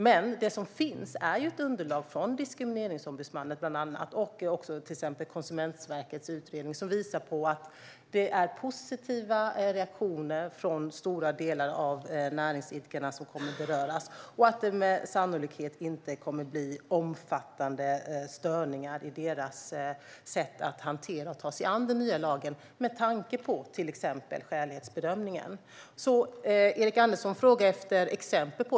Men det finns ett underlag från Diskrimineringsombudsmannen och en utredning från Konsumentverket som visar på positiva reaktioner från stora delar av de näringsidkare som kommer att beröras och att det med sannolikhet inte kommer att bli omfattande störningar i deras sätt att hantera och ta sig an den nya lagen med tanke på till exempel skälighetsbedömningen. Erik Andersson frågar efter exempel.